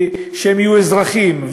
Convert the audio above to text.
שהם יהיו אזרחים,